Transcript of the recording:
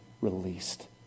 released